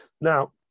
Now